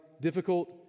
difficult